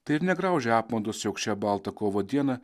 tai ir negraužia apmaudas jog šią baltą kovo dieną